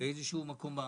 באיזשהו מקום בארץ,